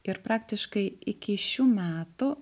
ir praktiškai iki šių metų